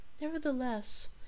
nevertheless